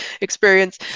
experience